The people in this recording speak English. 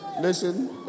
listen